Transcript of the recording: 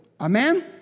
Amen